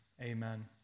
Amen